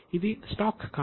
ఇది స్టాక్ కాదు